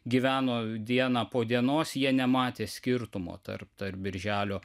gyveno dieną po dienos jie nematė skirtumo tarp to ir birželio